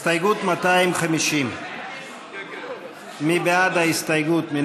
הסתייגות 250. מי בעד ההסתייגות?